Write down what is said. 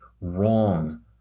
wrong